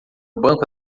banco